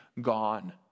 gone